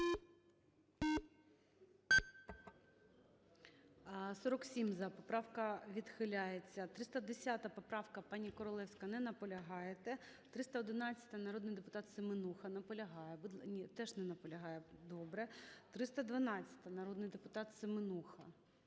За-47 Поправка відхиляється. 310 поправка. Пані Королевська? Не наполягаєте. 311-а, народний депутат Семенуха. Наполягає. Теж не наполягає? Добре. 312-а, народний депутат Семенуха.